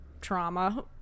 trauma